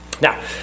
Now